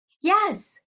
yes